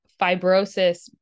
fibrosis